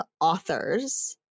authors